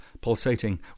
pulsating